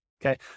Okay